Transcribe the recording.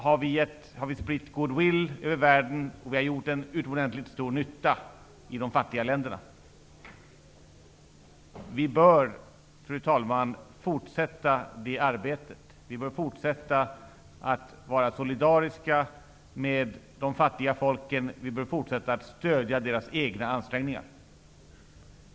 Genom detta har vi spritt goodwill över världen, och vi har gjort en utomordentligt stor nytta i de fattiga länderna. Vi bör fortsätta detta arbete. Vi bör fortsätta att vara solidariska med de fattiga folken, och vi bör fortsätta att stödja deras egna ansträngningar.